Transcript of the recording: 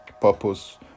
purpose